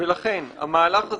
לכן המהלך הזה,